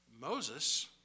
Moses